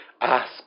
ask